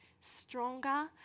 stronger